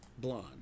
Blonde